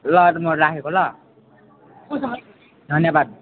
ल अहिले म राखेको ल धन्यवाद